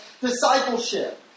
discipleship